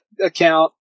account